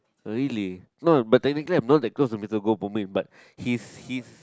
oh really no but technically I'm not that close to mister Goh-Bo-Peng but his his